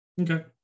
Okay